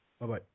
bye-bye